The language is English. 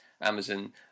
Amazon